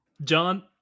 John